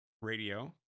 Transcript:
Radio